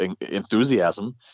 enthusiasm